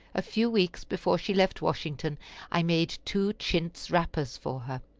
a few weeks before she left washington i made two chintz wrappers for her.